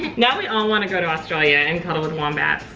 now we all want to go to australia and cuddle with wombats.